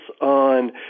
on